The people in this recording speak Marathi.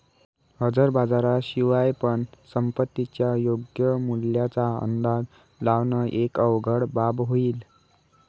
हजर बाजारा शिवाय पण संपत्तीच्या योग्य मूल्याचा अंदाज लावण एक अवघड बाब होईल